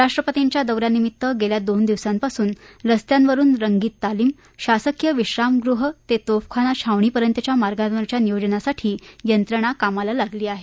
राष्ट्रपतींच्या दौ यानिमित्तं गेल्या दोन दिवसांपासून रस्त्यावरून रंगीत तालीम शासकीय विश्रामगृह ते तोफखाना छावणी पर्यंतच्या मार्गावरच्या नियोजनासाठी यंत्रणा कामाला लागली आहे